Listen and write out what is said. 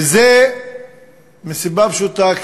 וזה מסיבה פשוטה,